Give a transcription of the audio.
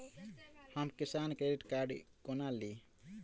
हम किसान credit card कोना ली?